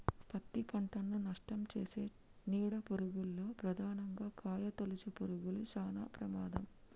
పత్తి పంటను నష్టంచేసే నీడ పురుగుల్లో ప్రధానంగా కాయతొలుచు పురుగులు శానా ప్రమాదం